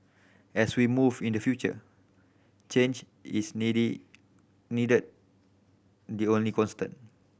as we move in the future change is needed the only constant